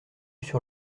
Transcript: sur